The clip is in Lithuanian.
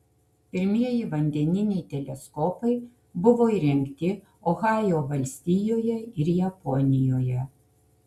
pirmieji vandeniniai teleskopai buvo įrengti ohajo valstijoje ir japonijoje